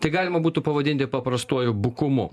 tai galima būtų pavadinti paprastuoju bukumu